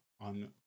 on